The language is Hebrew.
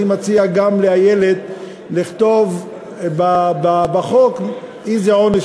אני מציע גם לאיילת לכתוב בחוק איזה עונש